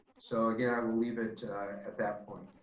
so again, i will leave it at that point.